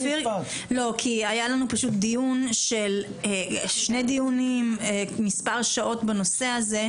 לנו שני דיונים שנמשכו מספר שעות בנושא הזה.